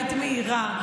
היית מעירה,